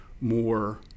more